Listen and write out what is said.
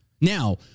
Now